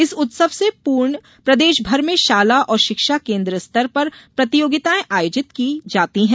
इस उत्सव से पूर्व प्रदेशभर में शाला और शिक्षा केन्द्र स्तर पर प्रतियोगिताएं आयोजित की जाती हैं